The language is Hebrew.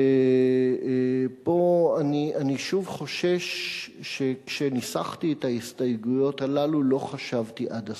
ופה אני שוב חושש שכשניסחתי את הסתייגויות הללו לא חשבתי עד הסוף,